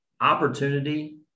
opportunity